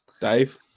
Dave